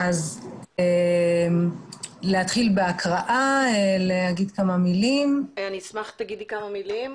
אשמח אם תגידי כמה מילים,